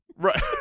Right